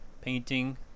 painting